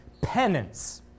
penance